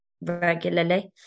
regularly